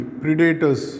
predators